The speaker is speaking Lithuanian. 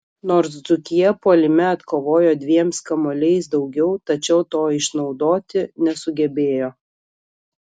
nors dzūkija puolime atkovojo dviems kamuoliais daugiau tačiau to išnaudoti nesugebėjo